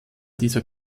dieser